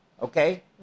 Okay